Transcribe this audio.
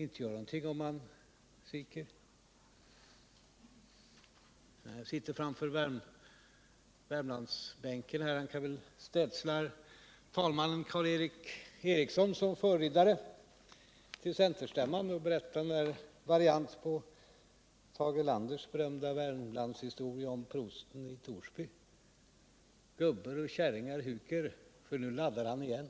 Inte gör det oss någonting om han sviker löftena. Thorbjörn Fälldin sitter ju framför Värmlandsbänken. Han kan väl städsla tredje vice talmannen Karl Erik Eriksson som förridare till centerstämman och be honom berätta en variant av Tage Erlanders berömda Värmlandshistoria om prästen i Torsby, som sade: Gubbar och kärringar, huk er för nu laddar han om!